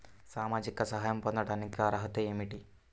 సామాజిక సహాయం పొందటానికి అర్హత ఏమిటి?